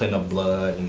and blood and